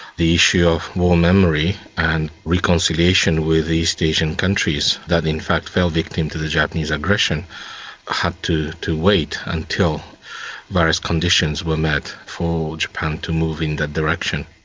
the issue of war memory and reconciliation with east asian countries that in fact fell victim to the japanese aggression had to to wait until various conditions were met for japan to move in that direction.